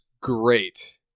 great